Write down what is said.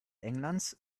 englands